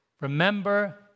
remember